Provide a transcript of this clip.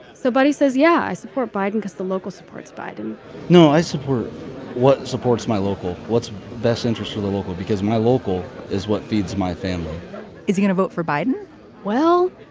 so buddy says, yeah, i support biden because the local supports biden no, i support what supports my local. what's best interest of the local? because my local is what feeds my family is going to vote for biden well,